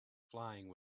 flying